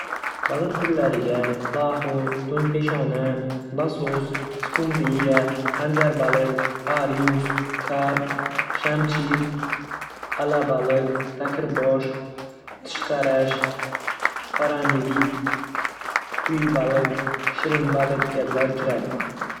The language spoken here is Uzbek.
Baliq turlariga: Laxo, do‘ngpeshona, losos, skumbriya, xanjarbaliq, arius, karp, shamchir, alabalık, taqirbosh, tishqarash, haramilib, quyibaliq, shirinbaliq kabilar kiradi.